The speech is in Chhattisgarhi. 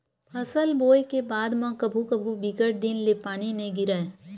फसल बोये के बाद म कभू कभू बिकट दिन ले पानी नइ गिरय